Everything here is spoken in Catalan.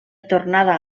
tornada